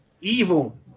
evil